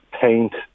paint